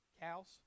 cows